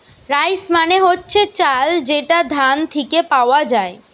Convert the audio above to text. rice মানে হচ্ছে চাল যেটা ধান থিকে পাওয়া যায়